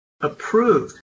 approved